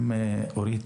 ארז,